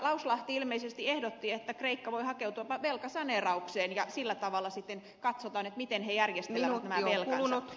lauslahti ilmeisesti ehdotti että kreikka voi hakeutua velkasaneeraukseen ja sillä tavalla sitten katsotaan miten he järjestelevät nämä velkansa